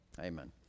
Amen